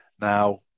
Now